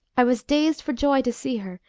i was dazed for joy to see her,